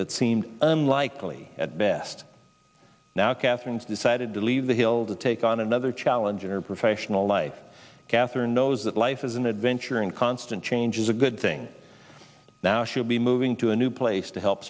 that seemed unlikely at best now catherine's decided to leave the hill to take on another challenge in her professional life katherine knows that life is an adventure in constant change is a good thing now she'll be moving to a new place to help